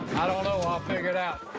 i don't know. i'll figure it out.